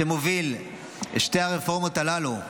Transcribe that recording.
שמוביל את שתי הרפורמות הללו,